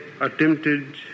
attempted